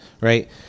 right